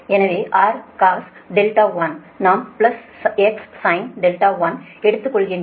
எனவே Rcos 1 நாம் plus Xsin 1 எடுத்துக்கொள்கிறோம்